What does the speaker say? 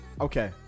okay